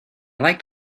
like